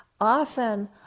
often